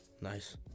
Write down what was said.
nice